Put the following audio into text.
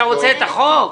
אתה רוצה את החוק?